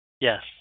Yes